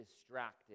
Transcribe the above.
distracted